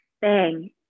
bang